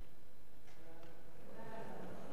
ההצעה